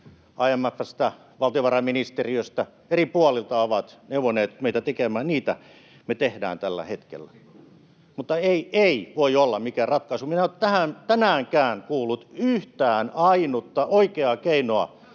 IMF:stä ja valtiovarainministeriöstä, eri puolilta, ovat neuvoneet meitä tekemään. Niitä me tehdään tällä hetkellä. Mutta ei ”ei” voi olla mikään ratkaisu. En ole tänäänkään kuullut yhtään ainutta oikeaa keinoa